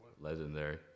Legendary